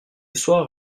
soir